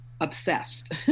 obsessed